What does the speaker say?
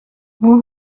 vous